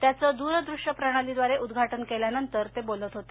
त्याचं द्रदृश्य प्रणालीद्वारे उद्घाटन केल्यानंतर मोदी बोलत होते